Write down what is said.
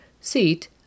seat